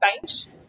times